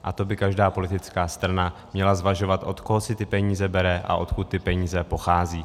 A to by každá politická strana měla zvažovat, od koho si ty peníze bere a odkud ty peníze pocházejí.